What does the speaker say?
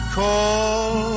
call